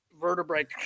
vertebrae